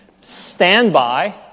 standby